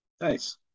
Nice